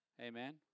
Amen